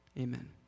Amen